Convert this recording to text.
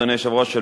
אדוני היושב-ראש,